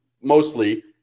mostly